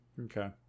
Okay